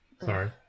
sorry